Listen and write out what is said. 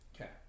Okay